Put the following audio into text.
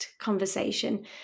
conversation